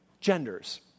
genders